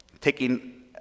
taking